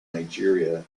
nigeria